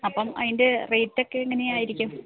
അപ്പം അതിൻ്റെ റേറ്റൊക്കെ എങ്ങനെയായിരിക്കും